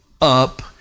up